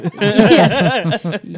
Yes